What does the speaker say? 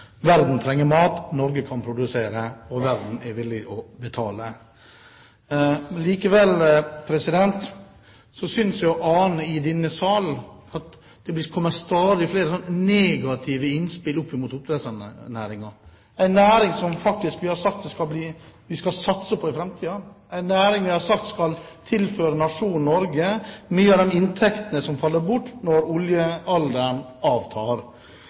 Verden trenger mat. Norge kan produsere, og verden er villig til å betale. Likevel synes jeg å ane i denne salen stadig flere negative innspill mot oppdrettsnæringen, en næring som vi faktisk har sagt vi skal satse på i framtiden, en næring vi har sagt skal tilføre nasjonen Norge mye av de inntektene som faller bort når oljealderen avtar.